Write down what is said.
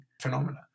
phenomena